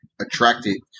attracted